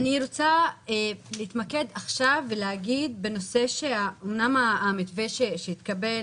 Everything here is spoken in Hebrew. אני רוצה להתמקד עכשיו ולומר שאמנם המתווה שהתקבל